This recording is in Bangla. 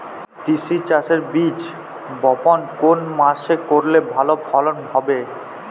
তিসি চাষের বীজ বপন কোন মাসে করলে ভালো ফলন হবে?